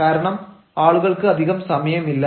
കാരണം ആളുകൾക്ക് അധികം സമയമില്ല